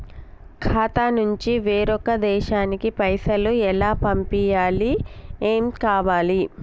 ఖాతా నుంచి వేరొక దేశానికి పైసలు ఎలా పంపియ్యాలి? ఏమేం కావాలి?